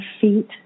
feet